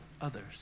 others